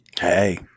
Hey